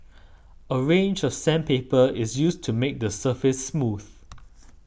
a range of sandpaper is used to make the surface smooth